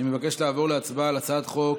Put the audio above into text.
אני מבקש לעבור להצבעה על הצעת חוק